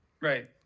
Right